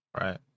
Right